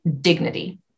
dignity